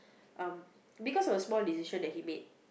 um because of a small decision that he made